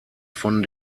von